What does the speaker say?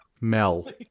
Mel